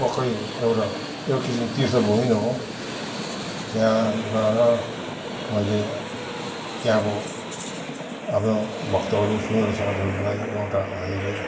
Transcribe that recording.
पक्कै एउटा एक किसिम तीर्थभूमि नै हो त्यहाँ गएर मैले त्यहाँको हाम्रो भक्तहरू सुन्दर साथहरूलाई एउटा हामीले